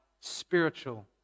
spiritual